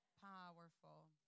Powerful